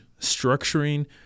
structuring